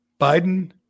biden